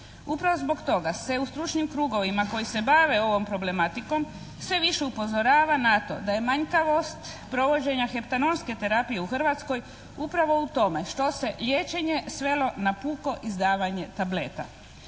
Upravo zbog toga se u stručnim krugovima koji se bave ovom problematikom sve više upozorava na to da je manjkavost provođenja heptanonske terapije u Hrvatskoj upravo u tome što se liječenje svelo na puko izdavanje tableta.